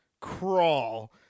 crawl